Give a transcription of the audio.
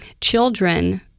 children